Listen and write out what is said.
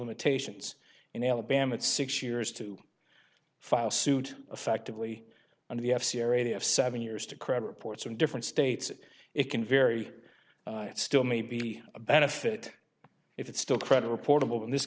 limitations in alabama it's six years to file suit affectively on the f c area of seven years to credit reports from different states it can vary it still may be a benefit if it's still credit reportable in this